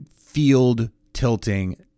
field-tilting